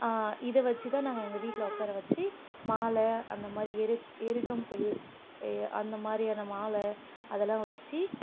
இதை வச்சுதான் நாங்கள் எங்கள் வீட்டில் உக்கார வச்சு மாலை அந்தமாதிரி எருக் எருகம்புல் அந்தமாதிரியான மாலை அதெல்லாம் வச்சு